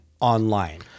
online